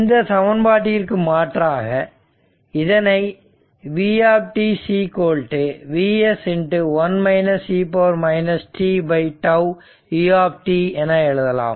இந்த சமன்பாட்டிற்கு மாற்றாக இதனை v Vs 1 e tτ u என எழுதலாம்